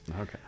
Okay